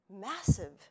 Massive